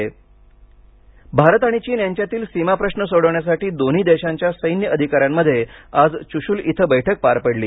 भारत चीन भारत आणि चीन यांच्यातील सीमाप्रश्र सोडवण्यासाठी दोन्ही देशांच्या सैन्य अधिकाऱ्यांमध्ये आज चुशूल इथ बैठक पार पडली